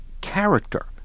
character